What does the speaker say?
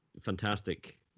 fantastic